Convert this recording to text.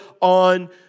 on